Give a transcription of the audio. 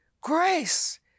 grace